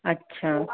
अच्छा